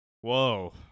whoa